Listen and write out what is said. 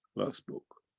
last book.